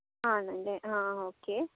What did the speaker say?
ആണല്ലേ ആ ഓക്കേ